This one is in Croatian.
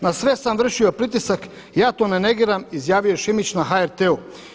Na sve sam vršio pritisak, ja to ne negiram, izjavio je Šimić na HRT-u.